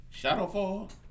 Shadowfall